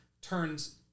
turns